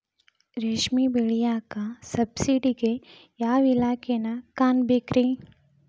ರೇಷ್ಮಿ ಬೆಳಿಯಾಕ ಸಬ್ಸಿಡಿಗೆ ಯಾವ ಇಲಾಖೆನ ಕಾಣಬೇಕ್ರೇ?